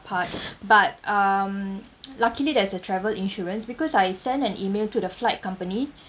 part but um luckily there's a travel insurance because I sent an email to the flight company